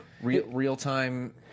Real-time